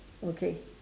okay